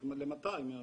למתי?